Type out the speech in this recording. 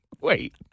wait